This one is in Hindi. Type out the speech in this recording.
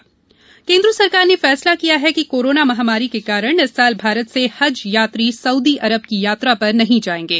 सरकार हज केन्द्र सरकार ने फैसला किया है कि कोरोना महामारी के कारण इस साल भारत से हज यात्री सउदी अरब की यात्रा पर नहीं जाएंगे